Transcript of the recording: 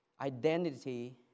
identity